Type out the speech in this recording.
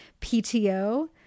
PTO